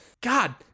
God